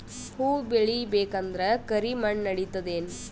ಹುವ ಬೇಳಿ ಬೇಕಂದ್ರ ಕರಿಮಣ್ ನಡಿತದೇನು?